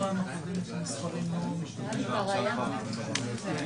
ננעלה בשעה